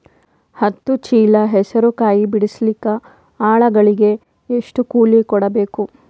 ಹತ್ತು ಚೀಲ ಹೆಸರು ಕಾಯಿ ಬಿಡಸಲಿಕ ಆಳಗಳಿಗೆ ಎಷ್ಟು ಕೂಲಿ ಕೊಡಬೇಕು?